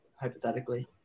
hypothetically